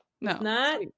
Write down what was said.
No